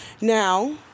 now